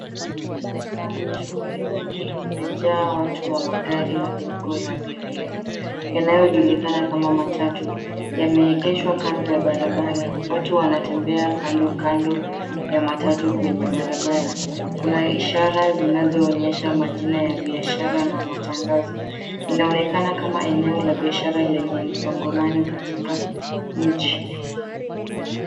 Mtaa mwenye shughli nyingi umejaa watu wa magari madogo ya abiria ,yanayojulikana kama matatu, yameegeshwa kando ya barabara. Watu wanatembea kandokando ya matatu kwenye barabara. Kuna ishara zinazoonyesha majina ya biashara na matangazo. Inaonekana kama eneo la biashara lenye msongamano katika mji.